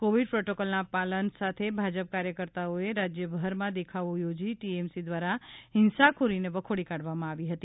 Covid પ્રોટોકોલના પાલન સાથે ભાજપ કાર્યકર્તાઓ એ રાજ્યભરમાં દેખાવો યોજી ટીએમસી દ્વારા ફિંસાખોરીને વખોડી કાઢવામાં આવી હતી